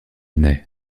ney